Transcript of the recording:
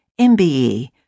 MBE